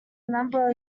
number